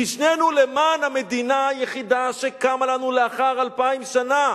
כי שנינו למען המדינה היחידה שקמה לנו לאחר אלפיים שנה.